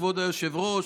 כבוד היושב-ראש,